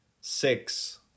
Six